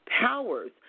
powers